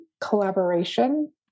collaboration